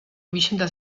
vicenda